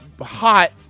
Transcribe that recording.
hot